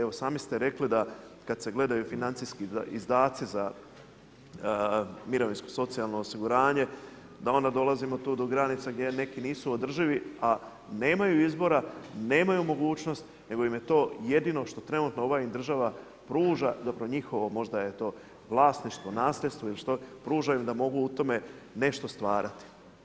Evo sami ste rekli da kada se gledaju financijski izdaci za mirovinsko, socijalno osiguranje da onda dolazimo tu do granica gdje neki nisu održivi a nemaju izbora, nemaju mogućnost nego im je to jedino što trenutno ova im država pruža, zapravo njihovo možda je to vlasništvo, nasljedstvo, ili što, pruža im da mogu u tome nešto stvarati.